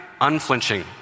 unflinching